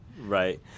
right